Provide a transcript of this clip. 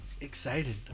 excited